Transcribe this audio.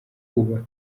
kubaka